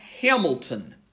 Hamilton